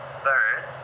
third